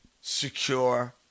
secure